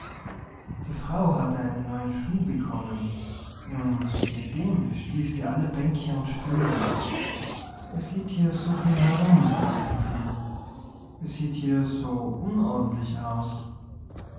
die frau hatte einen neuen schuh bekommen und mit dem stieß sie an alle bänke und stühle es liegt hier so viel herum sagte sie es sieht hier so unordentlich aus